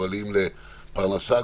לפרנסתם,